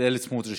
בצלאל סמוטריץ'.